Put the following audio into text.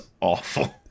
awful